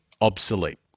obsolete